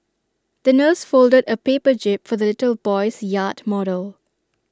the nurse folded A paper jib for the little boy's yacht model